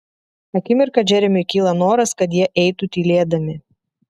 akimirką džeremiui kyla noras kad jie eitų tylėdami